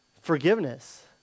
forgiveness